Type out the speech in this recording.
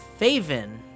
Faven